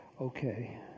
okay